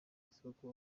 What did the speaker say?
isoko